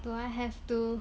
do I have to